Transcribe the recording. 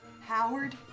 Howard